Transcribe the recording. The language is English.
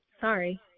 sorry